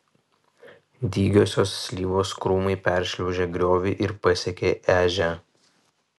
dygiosios slyvos krūmai peršliaužė griovį ir pasiekė ežią